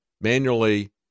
manually